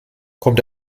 kommt